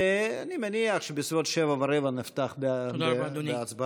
ואני מניח שבסביבות 19:15 נפתח בהצבעה.